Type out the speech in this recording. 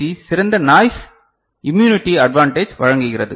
C சிறந்த நாய்ஸ் immunity advantage வழங்குகிறது